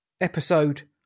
episode